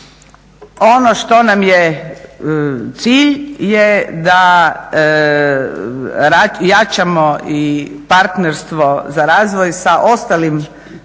Ono što nam je cilj je da jačamo i partnerstvo za razvoj sa ostalim donatorima